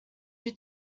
due